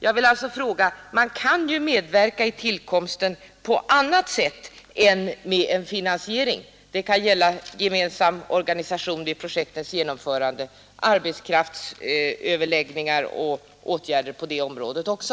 Men man kan ju medverka på annat sätt än med en finansiering. Det kan gälla gemensam organisation vid projektets genomförande, arbetskraftsöverläggningar och åtgärder på det området också.